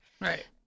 Right